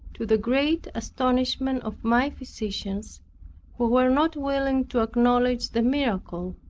to the great astonishment of my physicians who were not willing to acknowledge the miracle.